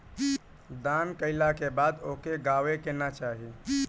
दान कइला के बाद ओके गावे के ना चाही